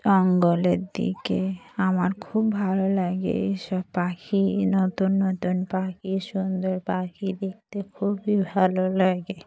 জঙ্গলের দিকে আমার খুব ভালো লাগে এইসব পাখি নতুন নতুন পাখি সুন্দর পাখি দেখতে খুবই ভালো লাগে